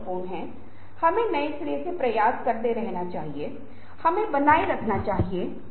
तो दूसरों को देखते समय खुद को अदृश्य रखेने की यह क्षमता एक नई तरह की शक्ति है जो निश्चित रूप से बहुत बहुत शक्तिशाली बनकर उभरी है